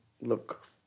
look